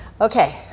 okay